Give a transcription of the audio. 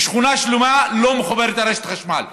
ושכונה שלמה לא מחוברת לרשת חשמל,